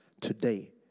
today